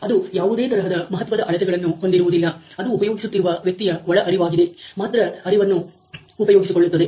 ಅದು ಯಾವುದೇ ತರಹದ ಮಹತ್ವದ ಅಳತೆಗಳನ್ನು ಹೊಂದಿರುವುದಿಲ್ಲ ಅದು ಉಪಯೋಗಿಸುತ್ತಿರುವ ವ್ಯಕ್ತಿಯ ಒಳಅರಿವನ್ನು ಮಾತ್ರ ಉಪಯೋಗಿಸಿಕೊಳ್ಳುತ್ತದೆ